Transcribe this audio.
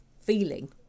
feeling